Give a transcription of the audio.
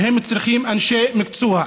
והם צריכים אנשי מקצוע.